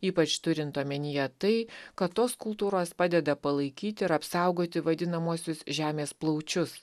ypač turint omenyje tai kad tos kultūros padeda palaikyti ir apsaugoti vadinamuosius žemės plaučius